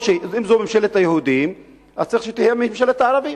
אם זו ממשלת היהודים, אז צריך שתהיה ממשלת הערבים.